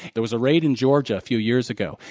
there was a raid in georgia a few years ago,